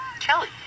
Kelly